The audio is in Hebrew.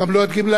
לא,